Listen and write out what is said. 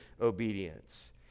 obedience